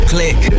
Click